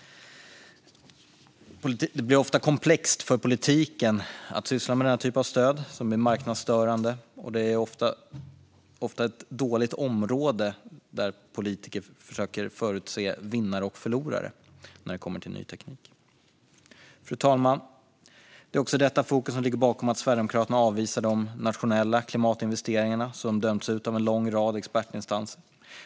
Det blir ofta komplext för politiken att syssla med den här typen av stöd som är marknadsstörande, och det är ett område där det ofta är dåligt att politiker försöker förutse vinnare och förlorare när det kommer till ny teknik. Fru talman! Det är också detta fokus som ligger bakom att Sverigedemokraterna avvisar de nationella klimatinvesteringarna, som dömts ut av en lång rad expertinstanser.